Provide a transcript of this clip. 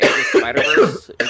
spider-verse